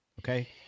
Okay